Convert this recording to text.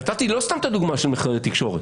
נתתי לא סתם את הדוגמה של נתוני תקשורת,